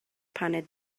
paned